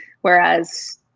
Whereas